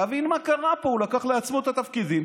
תבין מה קרה פה: הוא לקח לעצמו את התפקידים,